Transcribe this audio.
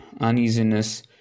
uneasiness